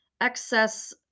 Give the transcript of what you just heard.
excess